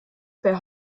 wer